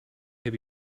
have